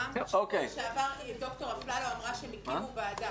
רם, בשבוע שעבר ד"ר אפללו אמרה שהם הקימו ועדה.